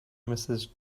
mrs